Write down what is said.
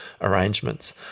arrangements